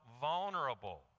vulnerable